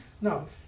No